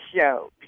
show